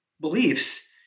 beliefs